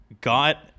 Got